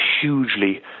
hugely